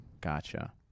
gotcha